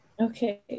Okay